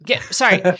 Sorry